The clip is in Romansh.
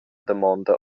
damonda